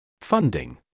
Funding